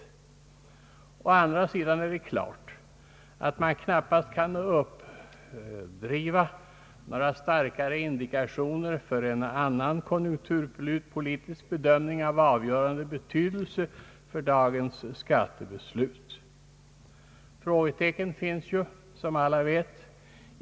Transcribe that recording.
Å andra sidan är det klart att man knappast kan uppdriva några starkare indikationer för en annan konjunkturpolitisk bedömning av avgörande betydelse för dagens skattebeslut. Frågetecken finns, som alla vet.